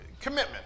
Commitment